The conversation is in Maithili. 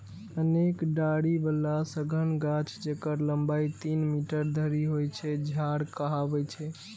अनेक डारि बला सघन गाछ, जेकर लंबाइ तीन मीटर धरि होइ छै, झाड़ कहाबै छै